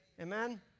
Amen